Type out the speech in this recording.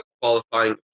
qualifying